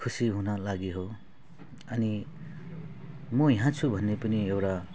खुसी हुन लागि हो अनि म यहाँ छु भन्ने पनि एउटा